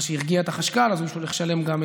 מה שהרגיע את החשכ"ל, אז הוא הולך לשלם גם את,